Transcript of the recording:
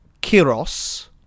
kiros